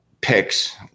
picks